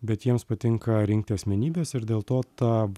bet jiems patinka rinkti asmenybes ir dėl to ta